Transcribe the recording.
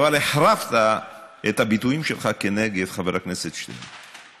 אבל החרפת את הביטויים שלך כנגד חבר הכנסת שטרן.